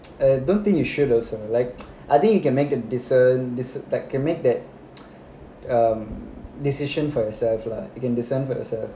I don't think you should also like I think you can make a discern that can make that decision for yourself lah you can descend for yourself